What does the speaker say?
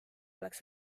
oleks